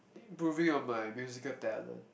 improving on my musical talent